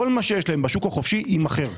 כל מה שיש להם בשוק החופשי יימכר.